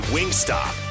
Wingstop